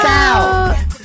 out